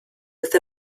with